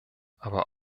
aber